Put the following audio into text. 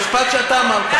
משפט שאתה אמרת.